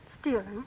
Stealing